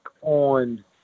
on